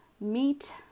meat